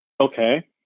okay